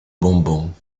bonbons